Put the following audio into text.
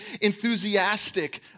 enthusiastic